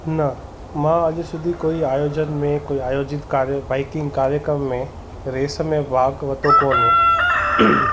न मां अॼु सिधी कोई आयोजन में कोई आयोजित कार्य बाइकिंग कार्यक्रम में रेस में भाॻु वरितो कोन्हे